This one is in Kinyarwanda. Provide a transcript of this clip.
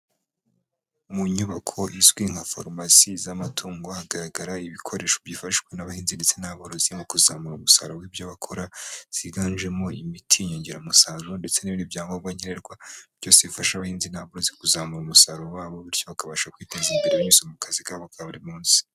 Mu nyubako izwi nka farumasi z'amatungo hagaragara ibikoresho byifashishwa n'abahinzi ndetse n'aborozi mu kuzamura umusaruro w'ibyo bakora, ziganje mo imiti, inyongeramusaruro ndetse n'ibindi byangombwa nkenerwa byose bifasha abahinzi n'aborozi kuzamura umusaruro wabo bityo bakabasha kwiteza imbere binyuze mu kazi kabo ka buri munsi.